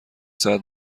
ساعت